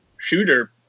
shooter